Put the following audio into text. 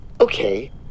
Okay